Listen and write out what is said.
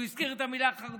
הוא הזכיר את המילה "חרד"לים",